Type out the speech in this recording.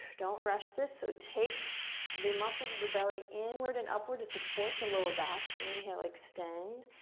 don't rush this, so take the muscles of the belly inward and upward to support the lower back. inhale, extend.